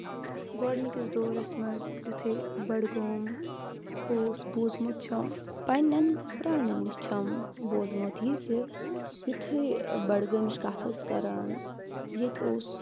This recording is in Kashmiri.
گۄڈٕنِکِس دورَس منٛز یُتھُے بَڑگوم اوس بوٗزمُت چھُم پنٕنؠن پرانؠن نِش چھَم بوٗزمُت یہِ زِ یُتھُے بَڑگٲمِچ کَتھ ٲسۍ کَران ییٚتہِ اوس